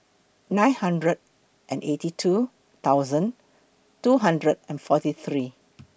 nine hundred and eighty two thousand two hundred and forty three